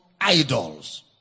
idols